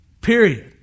Period